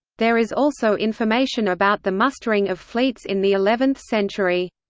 there is also information about the mustering of fleets in the eleventh century.